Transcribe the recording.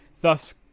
thus